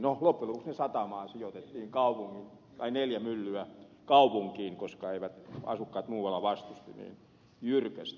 no loppujen lopuksi ne satamaan sijoitettiin neljä myllyä kaupunkiin koska asukkaat muualla vastustivat niitä niin jyrkästi